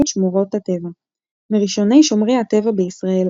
שמורות הטבע; מראשוני שומרי הטבע בישראל,